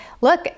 look